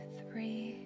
three